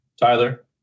Tyler